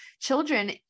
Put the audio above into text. children